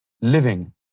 living